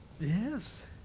Yes